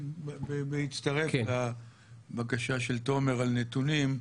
להצטרף לבקשה של תומר לנתונים,